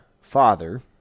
Father